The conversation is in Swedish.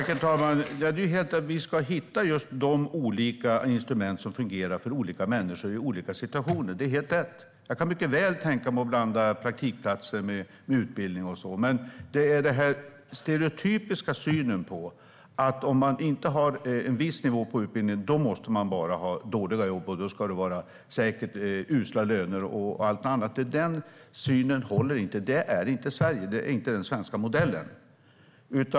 Herr talman! Vi ska hitta just de olika instrument som fungerar för olika människor i olika situationer. Det är helt rätt. Jag kan mycket väl tänka mig att blanda praktikplatser med utbildning och så vidare. Men jag vänder mig mot den stereotypiska synen på att den som inte har en viss utbildningsnivå ska ha dåliga jobb med usla löner och så vidare. Den synen håller inte. Det är inte Sverige. Det är inte den svenska modellen.